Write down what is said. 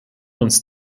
uns